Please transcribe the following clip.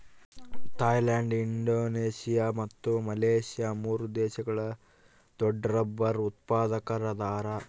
Thailand Indonesia ಮತ್ತು Malaysia ಮೂರು ದೇಶಗಳು ದೊಡ್ಡರಬ್ಬರ್ ಉತ್ಪಾದಕರದಾರ